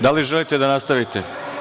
Da li želite da nastavite?